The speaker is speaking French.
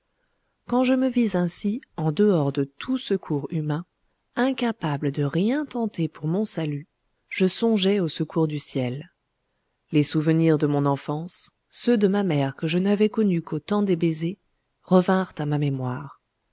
quand je me vis ainsi en dehors de tout secours humain incapable de rien tenter pour mon salut je songeai aux secours du ciel les souvenirs de mon enfance ceux de ma mère que je n'avais connue qu'au temps des baisers revinrent à ma mémoire